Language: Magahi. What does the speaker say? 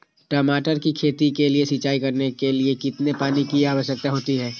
टमाटर की खेती के लिए सिंचाई करने के लिए कितने पानी की आवश्यकता होती है?